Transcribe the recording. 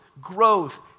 growth